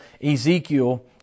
Ezekiel